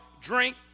drink